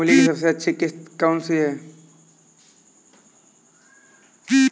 मूली की सबसे अच्छी उपज वाली किश्त कौन सी है?